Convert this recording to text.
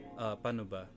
panuba